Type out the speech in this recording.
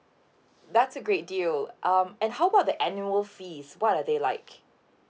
that's a great deal um and how about the annual fees what are they like